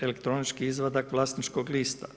Elektronički izvadak vlasničkog lista?